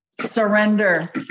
surrender